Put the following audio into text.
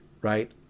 right